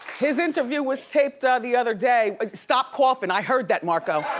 his interview was taped the other day, stop coughing, i heard that, marco.